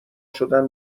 شدن